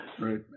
Right